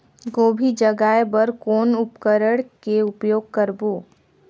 गोभी जगाय बर कौन उपकरण के उपयोग करबो?